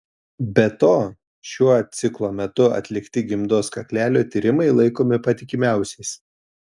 be to šiuo ciklo metu atlikti gimdos kaklelio tyrimai laikomi patikimiausiais